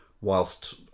whilst